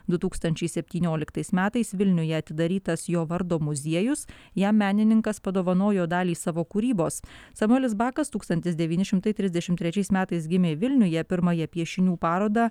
du tūkstančiai septynioliktais metais vilniuje atidarytas jo vardo muziejus jam menininkas padovanojo dalį savo kūrybos samuelis bakas tūkstantis devyni šimtai trisdešimt trečiais metais gimė vilniuje pirmąją piešinių parodą